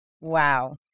Wow